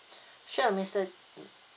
sure mister